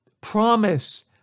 promise